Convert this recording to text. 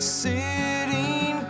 sitting